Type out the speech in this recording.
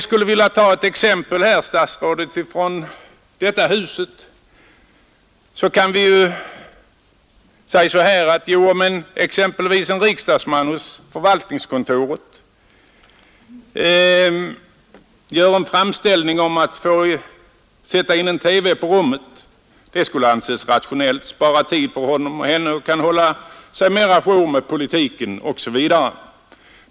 För att ta ett exempel från detta hus, herr statsråd, kan vi ju tänka oss att en riksdagsman gör en framställning till förvaltningskontoret om att få sätta in en TV-apparat i sitt arbetsrum. Det skulle vara rationellt, ty det skulle spara tid för honom, det skulle hjälpa honom att hålla sig å jour med politiken osv.